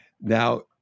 Now